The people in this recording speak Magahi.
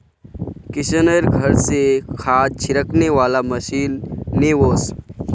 किशनेर घर स खाद छिड़कने वाला मशीन ने वोस